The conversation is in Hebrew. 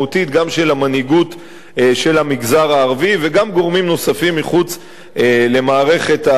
המנהיגות של המגזר הערבי וגם גורמים נוספים מחוץ למערכת הבריאות.